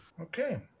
okay